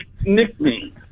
nickname